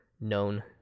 known